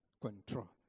control